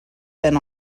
been